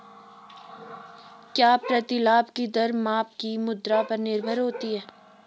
क्या प्रतिलाभ की दर माप की मुद्रा पर निर्भर होती है?